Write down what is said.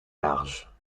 larges